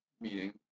meeting